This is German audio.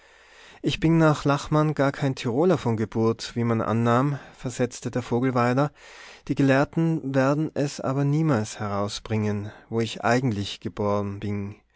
ich bin nach lachmann gar kein tiroler von geburt wie man annahm versetzte der vogelweider die gelehrten werden es aber niemals herausbringen wo ich eigentlich geboren bin